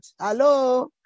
Hello